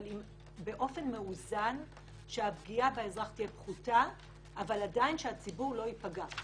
אבל באופן מאוזן שהפגיעה באזרח תהיה פחותה אבל שהציבור עדיין לא ייפגע.